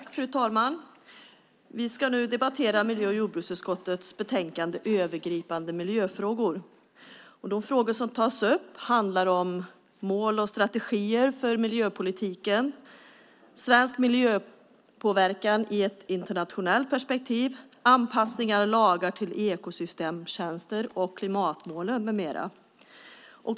Fru talman! Vi ska nu debattera miljö och jordbruksutskottets betänkande Övergripande miljöfrågor . De frågor som tas upp handlar om mål och strategier för miljöpolitiken, svensk miljöpåverkan i ett internationellt perspektiv, anpassning av lagar till ekosystemtjänster, klimatmålen med mera.